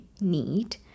need